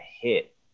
hit